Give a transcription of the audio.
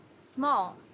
Small